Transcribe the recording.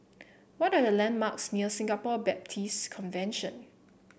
what are the landmarks near Singapore Baptist Convention